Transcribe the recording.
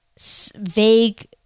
vague